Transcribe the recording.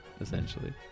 essentially